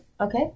Okay